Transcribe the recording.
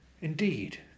Indeed